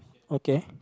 okay